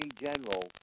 General